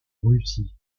russie